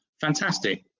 fantastic